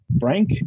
Frank